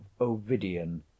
Ovidian